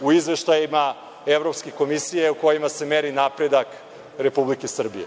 u izveštajima Evropske komisije kojima se meri napredak Republike Srbije.